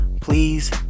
please